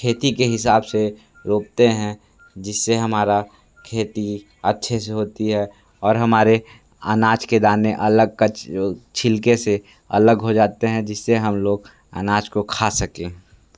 खेती के हिसाब से रोपते हैं जिस से हमारी खेती अच्छे से होती है और हमारे अनाज के दाने अलग कच्च छिलके से अलग हो जाते हैं जिस से हम लोग अनाज को खा सकें